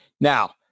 now